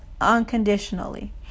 unconditionally